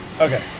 Okay